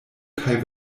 kaj